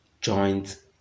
joint